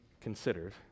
considered